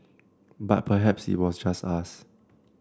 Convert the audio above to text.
but perhaps it was just us